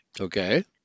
Okay